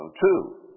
two